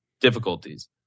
difficulties